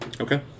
Okay